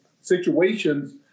situations